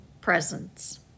presence